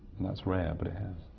and that's rare, but it has.